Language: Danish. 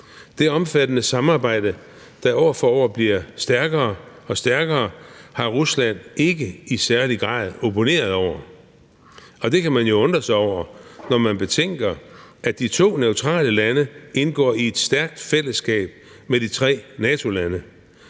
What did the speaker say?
Det omfattende samarbejde, der år for år bliver stærkere og stærkere, har Rusland ikke i særlig grad opponeret imod, og det kan man jo undre sig over, når man betænker, at de to neutrale lande indgår i et stærkt fællesskab med de tre NATO-lande.